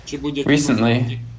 Recently